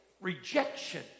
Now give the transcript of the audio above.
rejection